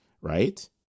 right